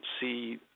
see